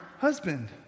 husband